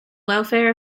welfare